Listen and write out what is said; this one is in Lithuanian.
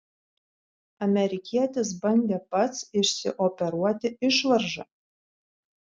amerikietis bandė pats išsioperuoti išvaržą